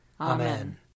Amen